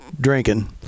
drinking